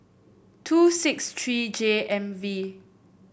two six tree J M V